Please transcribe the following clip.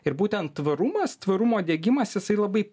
ir būtent tvarumas tvarumo diegimas jisai labai